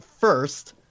first